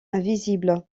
invisible